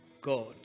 god